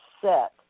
set